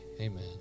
Amen